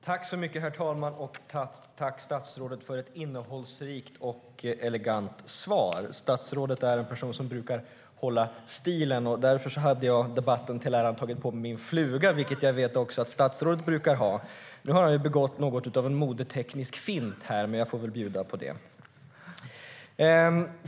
Herr talman! Jag tackar statsrådet för ett innehållsrikt och elegant svar. Statsrådet är en person som brukar hålla stilen. Därför hade jag debatten till ära tagit på mig min fluga, vilket jag vet att statsrådet brukar ha. Nu har han begått något av en modeteknisk fint här, men jag får väl bjuda på det.